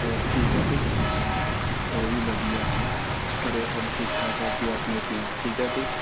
ਹੋਰ ਠੀਕ ਆ ਤੂੰ ਉਹ ਵੀ ਵਧੀਆ ਘਰ ਸਭ ਠੀਕ ਠਾਕ ਹੈ ਤੂੰ ਆਪਣੇ ਸੁਣਾ ਠੀਕ ਹੈ ਤੂੰ